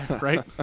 Right